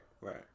Right